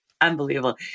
Unbelievable